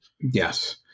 Yes